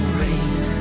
rain